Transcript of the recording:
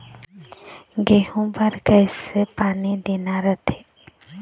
गेहूं बर कइसे पानी देना रथे?